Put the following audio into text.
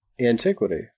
antiquity